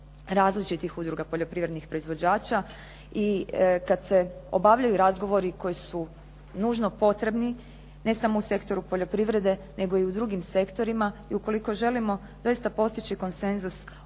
različitih udruga poljoprivrednih proizvođača i kada se obavljaju razgovori koji su nužno potrebni ne samo u sektoru poljoprivrede nego i u drugim sektorima i ukoliko želimo doista postići konsenzus